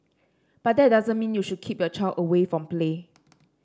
but that doesn't mean you should keep your child away from play